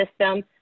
system